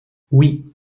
oui